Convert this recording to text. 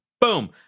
Boom